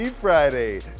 Friday